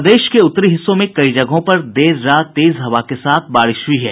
प्रदेश के उत्तरी हिस्सों में कई जगहों में देर रात तेज हवा के साथ बारिश हई है